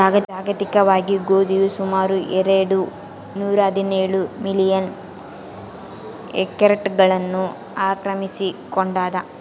ಜಾಗತಿಕವಾಗಿ ಗೋಧಿಯು ಸುಮಾರು ಎರೆಡು ನೂರಾಹದಿನೇಳು ಮಿಲಿಯನ್ ಹೆಕ್ಟೇರ್ಗಳನ್ನು ಆಕ್ರಮಿಸಿಕೊಂಡಾದ